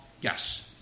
Yes